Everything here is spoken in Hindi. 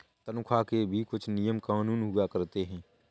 तन्ख्वाह के भी कुछ नियम और कानून हुआ करते हैं